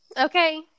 Okay